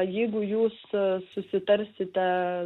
jeigu jūs susitarsite